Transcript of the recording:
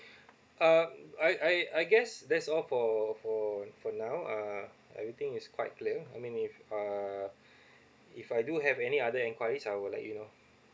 um I I I guess that's all for for for now uh everything is quite clear I mean if uh if I do have any other enquiries I will let you know